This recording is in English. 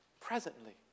presently